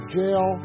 jail